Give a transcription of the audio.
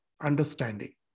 understanding